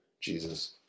Jesus